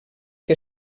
que